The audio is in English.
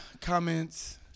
comments-